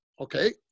Okay